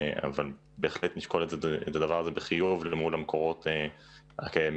אבל בהחלט נשקול את הדבר הזה בחיוב אל מול המקורות הקיימים,